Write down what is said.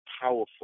powerful